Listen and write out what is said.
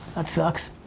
that sucks.